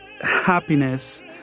happiness